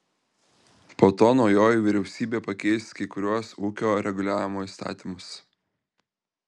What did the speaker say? po to naujoji vyriausybė pakeis kai kuriuos ūkio reguliavimo įstatymus